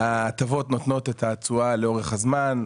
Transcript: ההטבות נותנות את התשואה לאורך זמן,